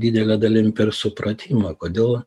didele dalim per supratimą kodėl